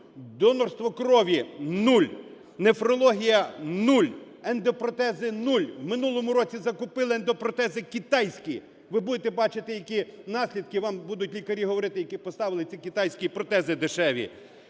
донорство крові – нуль, нефрологія – нуль, ендопротези – нуль. В минулому році закупили ендопротези китайські, ви будете бачити, які наслідки, вам будуть лікарі говорити, які поставили ці китайські протези дешеві.